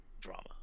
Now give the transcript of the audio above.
drama